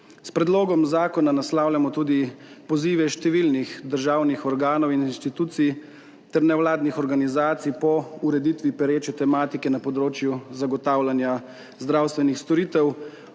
S predlogom zakona naslavljamo tudi pozive številnih državnih organov in institucij ter nevladnih organizacij po ureditvi pereče tematike na področju zagotavljanja zdravstvenih storitev